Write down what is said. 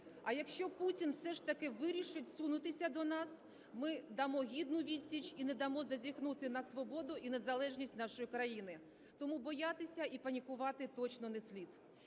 А якщо Путін все ж таки вирішить сунутися до нас, ми дамо гідну відсіч і не дамо зазіхнути на свободу і незалежність нашої країни. Тому боятися і панікувати точно не слід.